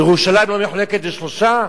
ירושלים לא מחולקת לשלושה,